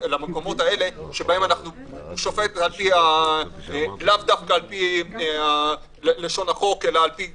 האלה ששופט לאו דווקא לפי לשון החוק אלא לפי